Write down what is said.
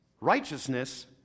righteousness